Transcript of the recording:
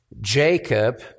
Jacob